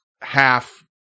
half